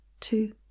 two